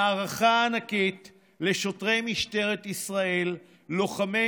והערכה ענקית לשוטרי משטרת ישראל ולוחמי